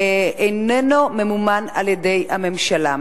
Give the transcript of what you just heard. הוא אינו ממומן על-ידי הממשלה,